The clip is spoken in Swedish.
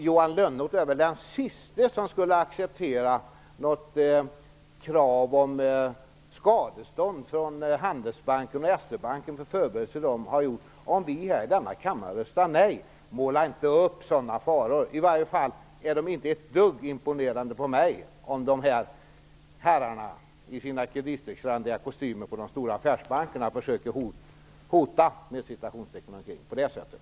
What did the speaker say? Johan Lönnroth är väl den siste som skulle acceptera något krav på skadestånd från Handelsbanken och SE-banken för förberedelser som de har gjort, om vi i denna kammare röstar nej. Måla inte upp sådana faror! I alla fall imponerar det inte ett dugg på mig om dessa herrar i sina kritstrecksrandiga kostymer på de stora affärsbankerna försöker "hota" på det sättet.